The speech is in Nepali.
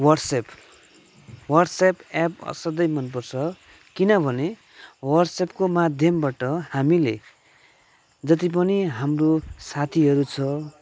वाट्सएप वाट्सएप एप असाध्यै मन पर्छ किनभने वाट्सएपको माध्यमबाट हामीले जति पनि हाम्रो साथीहरू छ